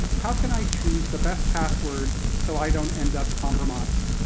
how can i choose the best password so i don't end up compromised?